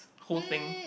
whole thing